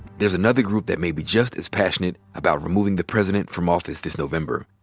there's another group that may be just as passionate about removing the president from office this november,